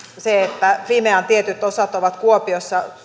että fimean tietyt osat ovat kuopiossa